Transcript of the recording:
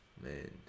Man